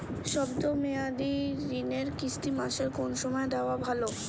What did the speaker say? শব্দ মেয়াদি ঋণের কিস্তি মাসের কোন সময় দেওয়া ভালো?